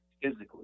Physically